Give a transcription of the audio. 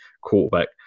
quarterback